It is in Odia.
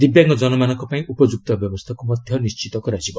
ଦିବ୍ୟାଙ୍ଗଜନ ମାନଙ୍କ ପାଇଁ ଉପଯୁକ୍ତ ବ୍ୟବସ୍ଥାକୁ ମଧ୍ୟ ନିଶ୍ଚିତ କରାଯିବ